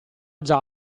già